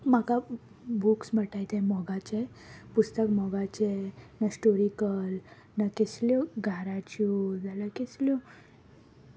म्हाका बुक्स म्हणटात तें मोगाचें पुस्तक मोगाचें ना स्टोरिकल ना कसल्यो घराच्यो नाजाल्यार कसल्यो